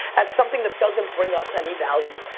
as something that doesn't bring us any value.